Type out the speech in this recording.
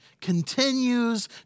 continues